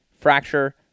fracture